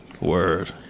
Word